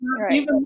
right